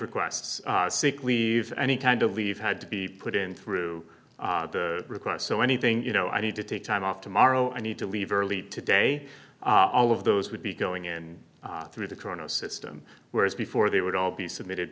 requests sick leave any kind of leave had to be put in through the requests so anything you know i need to take time off tomorrow i need to leave early today all of those would be going in through the current system whereas before they would all be submitted